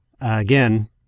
Again